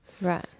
Right